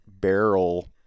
barrel